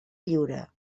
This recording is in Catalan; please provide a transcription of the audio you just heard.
lliure